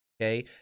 Okay